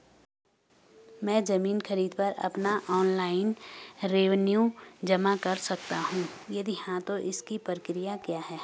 मैं ज़मीन खरीद पर अपना ऑनलाइन रेवन्यू जमा कर सकता हूँ यदि हाँ तो इसकी प्रक्रिया क्या है?